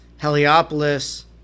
Heliopolis